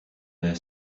their